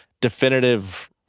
definitive